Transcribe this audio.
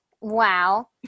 wow